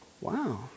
Wow